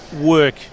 work